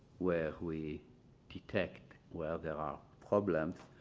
where we detect where there are problems.